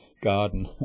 garden